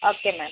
okay എന്നാൽ